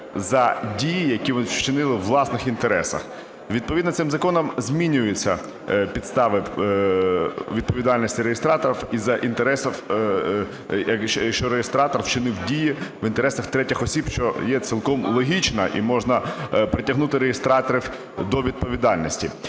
за дії, які вони вчинили у власних інтересах. Відповідно цим законом змінюються підстави відповідальності реєстраторів із-за інтересів, що реєстратор вчинив дії в інтересах третіх осіб, що є цілком логічно, і можна притягнути реєстраторів до відповідальності.